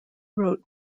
wrote